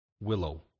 willow